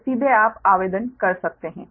तो सीधे आप आवेदन कर सकते हैं